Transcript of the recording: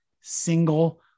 single